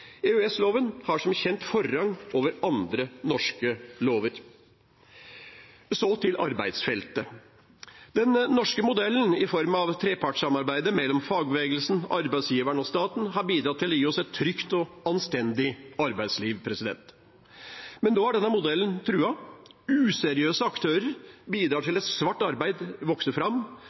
har som kjent forrang foran andre norske lover. Så til arbeidsfeltet. Den norske modellen i form av trepartssamarbeidet mellom fagbevegelsen, arbeidsgiveren og staten har bidratt til å gi oss et trygt og anstendig arbeidsliv. Men nå er denne modellen truet. Useriøse aktører bidrar til at svart arbeid vokser fram,